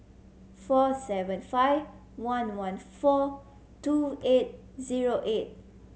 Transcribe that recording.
four seven five one one four two eight zero eight